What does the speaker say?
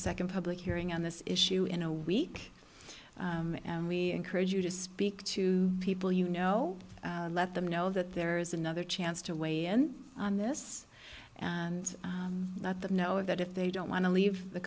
second public hearing on this issue in a week and we encourage you to speak to people you know let them know that there is another chance to weigh in on this and let them know that if they don't want to leave the